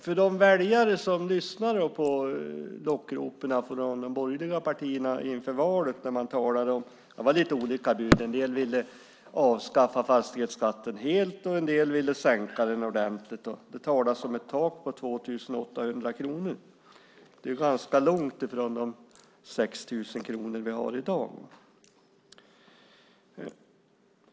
Det fanns väljare som lyssnade på lockropen från de borgerliga partierna inför valet. Det var lite olika bud; en del ville avskaffa fastighetsskatten helt, en del ville sänka den ordentligt. Det talades om ett tak på 2 800 kronor. Det är ganska långt från de 6 000 kronor vi har i dag.